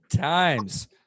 times